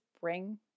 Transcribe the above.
bring